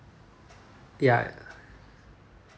ya